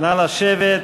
נא לשבת.